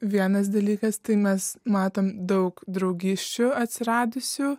vienas dalykas tai mes matom daug draugysčių atsiradusių